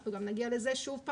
אנחנו גם נגיע לזה שוב פעם,